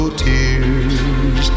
tears